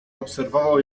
obserwował